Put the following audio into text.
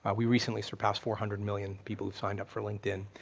ah we recently surpassed four hundred million people who signed up for linkedin.